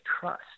trust